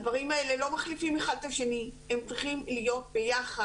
הדברים האלה לא מחליפים אחד את השני והם צריכים להיות ביחד.